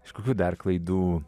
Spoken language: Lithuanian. iš kokių dar klaidų